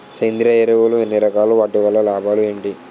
సేంద్రీయ ఎరువులు ఎన్ని రకాలు? వాటి వల్ల లాభాలు ఏంటి?